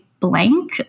blank